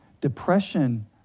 Depression